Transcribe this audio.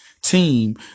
team